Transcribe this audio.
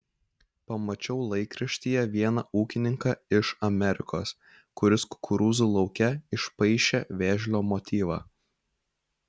pamačiau laikraštyje vieną ūkininką iš amerikos kuris kukurūzų lauke išpaišė vėžlio motyvą